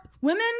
Women